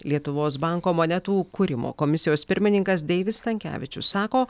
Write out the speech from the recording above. lietuvos banko monetų kūrimo komisijos pirmininkas deivis stankevičius sako